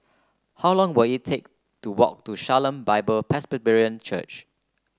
how long will it take to walk to Shalom Bible Presbyterian Church